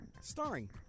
Starring